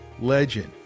legend